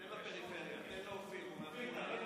תן לפריפריה, תן לאופיר, הוא מעפולה.